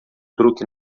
truque